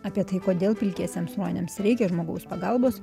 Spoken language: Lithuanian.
apie tai kodėl pilkiesiems ruoniams reikia žmogaus pagalbos